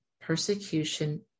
Persecution